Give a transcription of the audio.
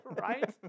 Right